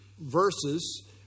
verses